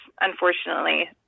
unfortunately